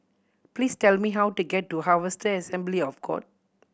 please tell me how to get to Harvester Assembly of God